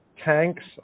tanks